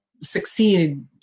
succeed